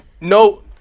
no